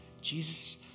Jesus